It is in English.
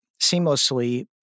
seamlessly